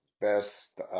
best